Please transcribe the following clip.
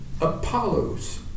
Apollo's